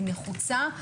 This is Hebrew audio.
היא נחוצה,